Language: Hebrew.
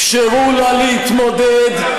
אפשרו לה להתמודד,